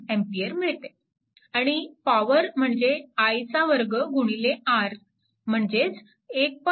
2A मिळते आणि power म्हणजे i चा वर्ग गुणिले r म्हणजेच 1